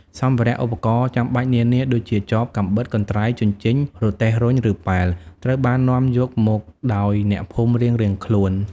សម្ភារៈ ឧបករណ៍ចាំបាច់នានា ដូចជា ចប កាំបិត កន្ត្រៃ ជញ្ជីង រទេះរុញ ឬប៉ែល ត្រូវបាននាំយកមកដោយអ្នកភូមិរៀងៗខ្លួន។